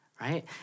right